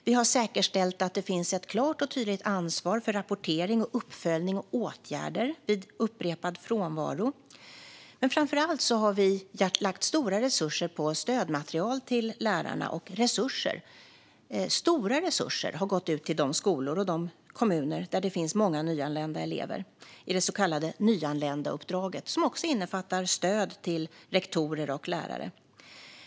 Vi har säkerställt att det finns ett klart och tydligt ansvar för rapportering, uppföljning och åtgärder vid upprepad frånvaro. Men framför allt har vi lagt stora resurser på stödmaterial till lärarna. Stora resurser har gått till de skolor och de kommuner där det finns många nyanlända elever i det så kallade nyanländauppdraget, som också innefattar stöd till rektorer och lärare.